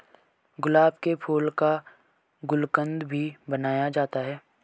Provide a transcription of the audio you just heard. गुलाब के फूल का गुलकंद भी बनाया जाता है